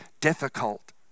difficult